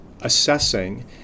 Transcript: assessing